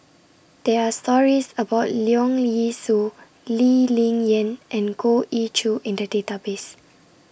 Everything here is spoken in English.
There Are stories about Leong Yee Soo Lee Ling Yen and Goh Ee Choo in The Database